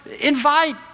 invite